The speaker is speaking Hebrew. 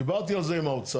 דיברתי על זה עם האוצר,